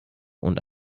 und